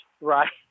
right